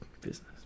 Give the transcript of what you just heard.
business